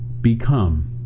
become